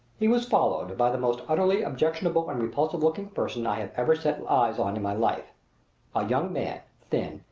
he was followed by the most utterly objectionable and repulsive-looking person i have ever set eyes on in my life a young man, thin,